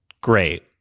great